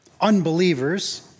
unbelievers